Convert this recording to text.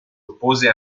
oppose